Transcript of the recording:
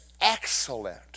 excellent